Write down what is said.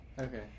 Okay